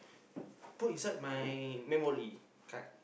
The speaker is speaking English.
put inside my memory card